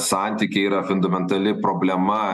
santykiai yra fundamentali problema